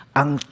ang